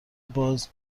باز